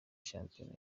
shampiyona